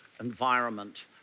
environment